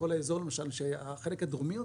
כל האזור למשל, החלק הדרומי יותר,